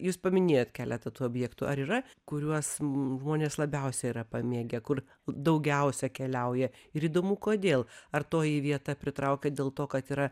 jūs paminėjot keletą tų objektų ar yra kuriuos žmonės labiausiai yra pamėgę kur daugiausia keliauja ir įdomu kodėl ar toji vieta pritraukia dėl to kad yra